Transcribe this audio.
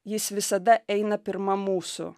jis visada eina pirma mūsų